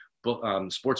Sports